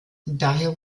daher